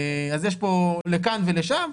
אז יש פה לכאן ולשם.